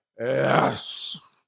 yes